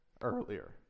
earlier